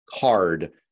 CARD